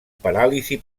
paràlisi